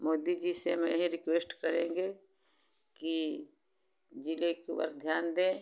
मोदी जी से हम यही रिक्वेश्ट करेंगे कि जिले के उपर ध्यान दें